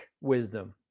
wisdom